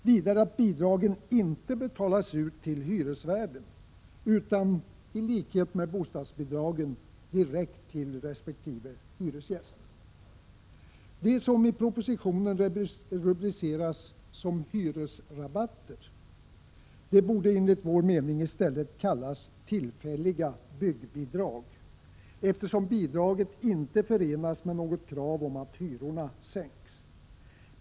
Vidare föreslår vi att bidragen inte skall betalas ut till hyresvärden utan, i likhet med bostadsbidragen, direkt till resp. hyresgäst. Det som i propositionen rubriceras som ”hyresrabatter” borde enligt vår mening i stället kallas ”tillfälliga byggbidrag”, eftersom bidraget inte förenas med något krav på att hyrorna skall sänkas.